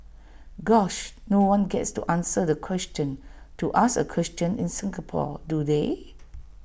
gosh no one gets to answer the question to ask A question in Singapore do they